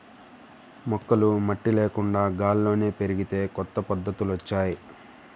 మొక్కలు మట్టి లేకుండా గాల్లోనే పెరిగే కొత్త పద్ధతులొచ్చాయ్